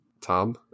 Tom